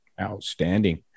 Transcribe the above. Outstanding